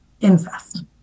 incest